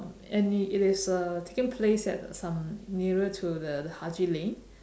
and it is uh taking place at some nearer to the haji lane